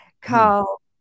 called